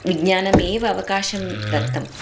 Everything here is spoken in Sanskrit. विज्ञानमेव अवकाशं दत्तम्